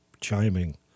chiming